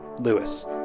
Lewis